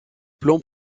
plan